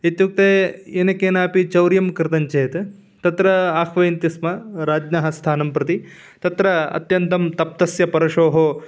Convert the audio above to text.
इत्युक्ते येनकेनापि चौर्यं कृतं चेत् तत्र आह्वन्ति स्म राज्ञः स्थानं प्रति तत्र अत्यन्तं तप्तस्य परशोः